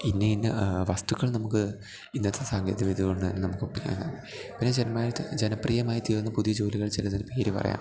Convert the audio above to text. ഇന്ന ഇന്ന വസ്തുക്കൾ നമുക്ക് ഇന്നത്തെ സാങ്കേതിക വിദ്യകൊണ്ട് തന്നെ നമുക്ക് ഒപ്പിക്കാനാകും പിന്നെ ജനപ്രിയമായിത്തീർന്ന പുതിയ ജോലികൾ ചിലതിൽ പേരു പറയാമൊ